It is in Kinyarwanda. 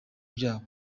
byabo